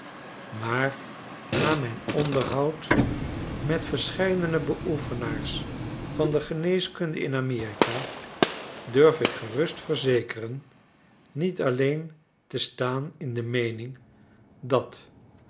maar na myn onderhoud met verscheidene beoefenaars van de geneeskunde in a m e r i k a durf ik gerust verzekeren niet alleen te staan in de meening dat